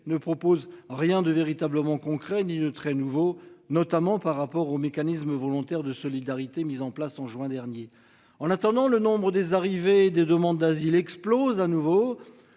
ne propose rien de véritablement concret ni de très nouveau, notamment par rapport aux mécanismes volontaires de solidarité mis en place en juin dernier. En attendant, le nombre des arrivées des demandes d'asile explose à nouveau.